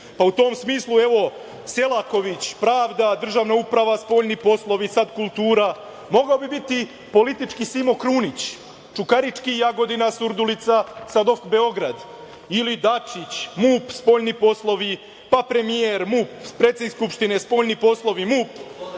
pa u tom smislu evo Selaković pravda, državna uprava, spoljni poslovi i sada kultura. Mogao bi biti politički Simo Krunić - Čukarički, Jagodina, Surdulica, sada OFK Beograd ili Dačić – MUP, spoljni poslovi, pa premijer, predsednik Skupštine, spoljni poslovi, MUP.